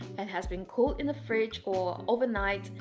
and has been cooled in the fridge or overnight,